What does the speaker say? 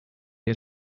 dei